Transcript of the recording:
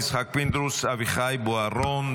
יצחק פינדרוס ואביחי בוארון.